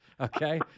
Okay